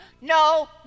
no